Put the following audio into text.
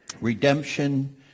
Redemption